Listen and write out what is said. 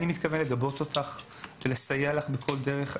אני מתכוון לגבות אותך ולסייע לך בכל דרך.